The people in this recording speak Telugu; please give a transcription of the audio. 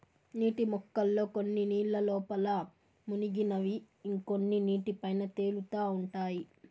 నీటి మొక్కల్లో కొన్ని నీళ్ళ లోపల మునిగినవి ఇంకొన్ని నీటి పైన తేలుతా ఉంటాయి